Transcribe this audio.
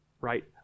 right